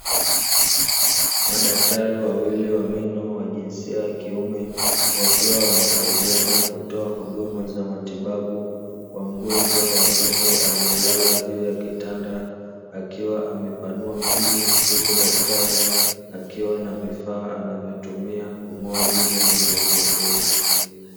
Madaktari wawili wa meno wa jinsia ya kiume, wakiwa wanasaidiana kutoa huduma za matibabu kwa mgonjwa wa kike aliyelala juu ya kitanda, akiwa amepanua kinywa huku daktari akiwa na vifaa anavyotumia kung'oa jino la mgonjwa huyo.